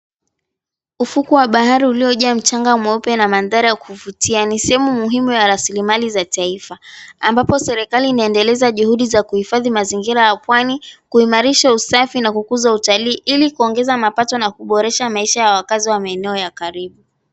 Ufukwe wa bahari uliojaa mchanga mweupe na mandhari kuvutia. Ni sehemu muhimu ya rasilimali za taifa ambapo serikali inaendeleza juhudi za kuhifandi mazingira ya pwani, kuhimarisha usafi na kukuza utalii ili kuongeza mapato na kuboresha maisha ya wakazi wa maeneo ya karibu.